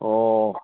ꯑꯣ